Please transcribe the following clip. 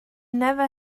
never